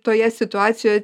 toje situacijoj